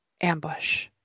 ambush